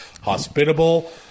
hospitable